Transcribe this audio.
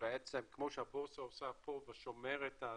כמו שהבורסה עושה פה ושומרת את